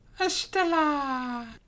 Estella